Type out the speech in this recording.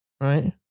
Right